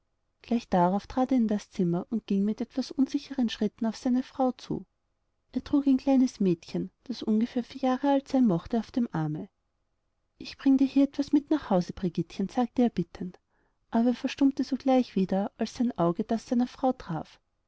gleich darauf trat er in das zimmer und ging mit etwas unsicheren schritten auf seine frau zu er trug ein kleines mädchen das ungefähr vier jahre alt sein mochte auf dem arme ich bringe dir hier etwas mit nach hause brigittchen sagte er bittend aber er verstummte sogleich wieder als sein auge das seiner frau traf